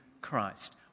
Christ